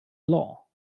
law